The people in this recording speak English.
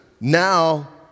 now